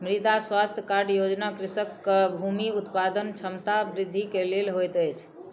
मृदा स्वास्थ्य कार्ड योजना कृषकक भूमि उत्पादन क्षमता वृद्धि के लेल होइत अछि